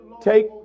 take